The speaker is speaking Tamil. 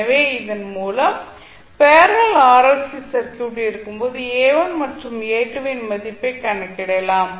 எனவே இதன் மூலம் பேரலல் RLC சர்க்யூட் இருக்கும்போது A1 மற்றும் A2 இன் மதிப்பைக் கணக்கிடலாம்